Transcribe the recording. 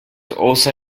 also